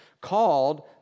called